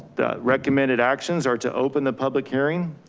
the recommended actions are to open the public hearing,